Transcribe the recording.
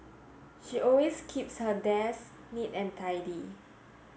she always keeps her desk neat and tidy